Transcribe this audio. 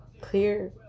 clear